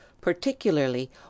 particularly